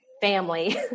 family